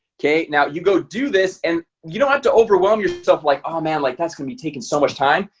okay. now you go do this and you don't have to overwhelm yourself like oh man like that's gonna be taken so much time.